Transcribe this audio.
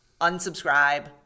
Unsubscribe